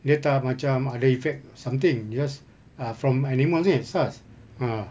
dia tak macam ada effect something just ah from animals ni SARS ah